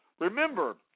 Remember